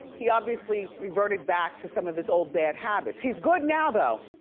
he obviously reverted back to some of his old bad habits. he's good now, though.